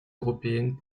européennes